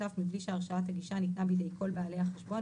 בלי שהרשאת הגישה ניתנה בידי כל בעלי החשבון,